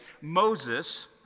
Moses